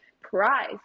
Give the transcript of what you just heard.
prize